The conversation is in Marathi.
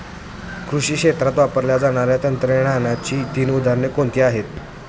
कृषी क्षेत्रात वापरल्या जाणाऱ्या तंत्रज्ञानाची तीन उदाहरणे कोणती आहेत?